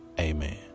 amen